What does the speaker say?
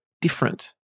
different